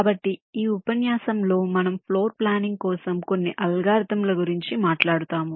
కాబట్టి ఈ ఉపన్యాసంలో మనం ఫ్లోర్ ప్లానింగ్ కోసం కొన్ని అల్గోరిథంల గురించి మాట్లాడుతాము